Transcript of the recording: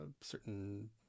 Certain